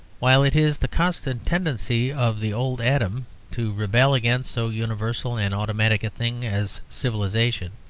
while it is the constant tendency of the old adam to rebel against so universal and automatic a thing as civilization,